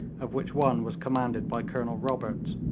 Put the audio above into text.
of which one was commanded by colonel roberts,